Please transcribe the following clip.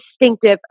distinctive